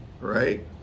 right